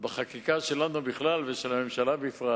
בחקיקה שלנו בכלל ושל הממשלה בפרט.